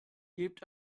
gebt